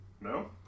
no